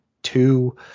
Two